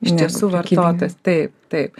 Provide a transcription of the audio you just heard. iš tiesų vartotojas taip taip